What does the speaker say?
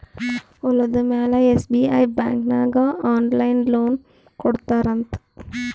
ಹೊಲುದ ಮ್ಯಾಲ SBI bank ನಾಗ್ ಆನ್ಲೈನ್ ಲೋನ್ ಕೊಡ್ತಾರ್ ಅಂತ್